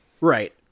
Right